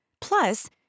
Plus